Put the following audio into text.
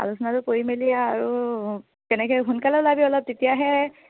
আলোচনাটো কৰি মেলি আৰু তেনেকৈয়ে সোনকালে ওলাবি অলপ তেতিয়াহে